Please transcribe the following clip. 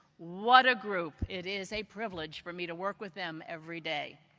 what a group. it is a privilege for me to work with them every day.